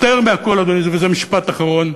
יותר מהכול, אדוני, וזה משפט אחרון,